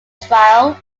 trial